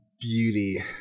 Beauty